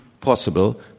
possible